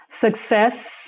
Success